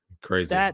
Crazy